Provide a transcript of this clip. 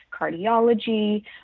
cardiology